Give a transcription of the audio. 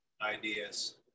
ideas